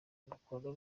umukono